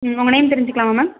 உங்கள் நேம் தெரிஞ்சுக்கலாமா மேம்